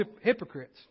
hypocrites